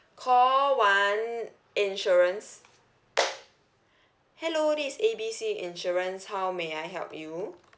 call one insurance hello this is A B C insurance how may I help you